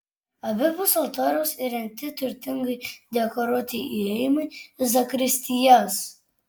abipus altoriaus įrengti turtingai dekoruoti įėjimai į zakristijas